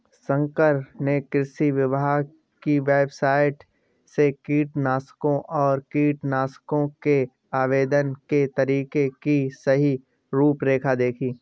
शंकर ने कृषि विभाग की वेबसाइट से कीटनाशकों और कीटनाशकों के आवेदन के तरीके की सही रूपरेखा देखी